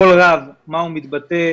כל רב מה הוא מתבטא,